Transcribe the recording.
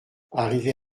arrivé